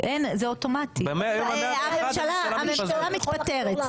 התפזרות, הממשלה מתפטרת.